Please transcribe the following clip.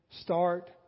Start